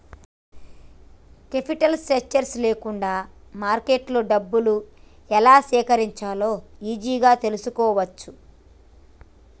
capital structure లేకుంటే మార్కెట్లో డబ్బులు ఎలా సేకరించాలో ఈజీగా తెల్సుకోవచ్చు